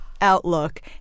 outlook